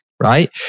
Right